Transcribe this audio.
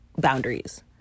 boundaries